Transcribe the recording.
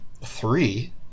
three